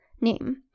name